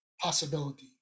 possibility